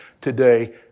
today